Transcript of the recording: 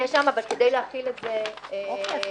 אבל כדי להחיל את זה באופן רחב יותר --- אז צריך